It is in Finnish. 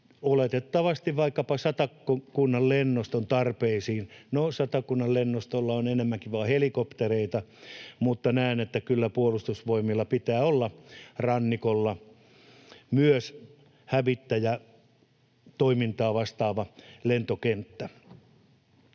oletettavasti vaikkapa Satakunnan lennoston tarpeisiin. No, Satakunnan lennostolla on enemmänkin vain helikoptereita, mutta näen, että kyllä Puolustusvoimilla pitää olla rannikolla myös hävittäjätoimintaa vastaava lentokenttä.